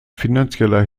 finanzieller